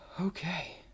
okay